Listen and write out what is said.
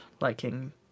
liking